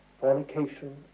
fornication